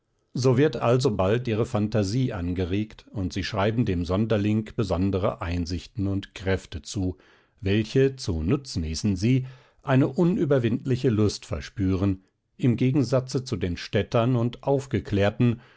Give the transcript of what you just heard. so wird alsobald ihre phantasie aufgeregt und sie schreiben dem sonderling besondere einsichten und kräfte zu welche zu nutznießen sie eine unüberwindliche lust verspüren im gegensatze zu den städtern und aufgeklärten